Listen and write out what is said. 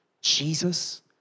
Jesus